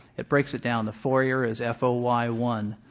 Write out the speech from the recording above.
it breaks it down. the foyer is f o y one.